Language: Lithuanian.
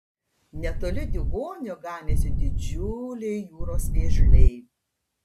netoli diugonio ganėsi didžiuliai jūros vėžliai